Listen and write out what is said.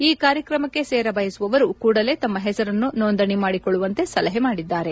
ಈ ಕಾರ್ಯಕ್ರಮಕ್ಕೆ ಸೇರ ಬಯಸುವವರು ಕೂಡಲೇ ತಮ್ಮ ಹೆಸರನ್ನು ನೋಂದಣಿ ಮಾಡಿಕೊಳ್ಳುವಂತೆ ಸಲಹೆ ಮಾಡಿದ್ದಾರೆ